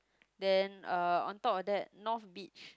then uh on top of that north beach